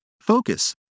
focus